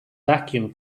vacuum